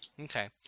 Okay